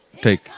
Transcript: take